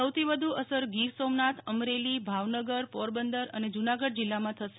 સૌથી વધુ અસર ગીર સોમનાથ અમરેલી ભાવનગર પોરબંદર અને જૂનાગઢ જિલ્લામાં થશે